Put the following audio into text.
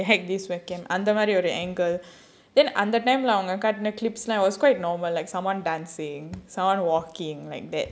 like the back this webcam அந்த மாதிரி ஒரு:andha maadhiri oru angle then அந்த:andha clips lah it was quite normal like someone dancing someone walking like that